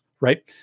right